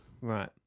Right